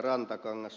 rantakangas